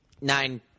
nine